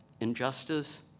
injustice